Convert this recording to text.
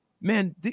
man